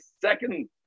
second